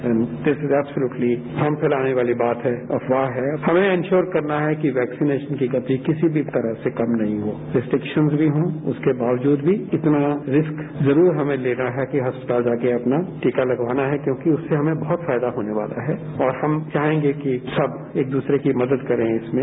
and this is absolutely श्रम फैलाने वाली बात है अफवाह है हमें इन्श्योर करना है कि वैक्सीनेशन की गति किसी भी तरह कम नही हो रिस्ट्रिक्शन भी हो इसके बावजूद भी इतना रिस्क जरूरत हमें लेना है कि अस्पताल जाकर हमें टीका लगवाना है क्योंकि उससे हमें बहुत फायदा होने वाला है और हम चाहेंगे कि सब एक दूसरे की मदद करें इसमें